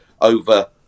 over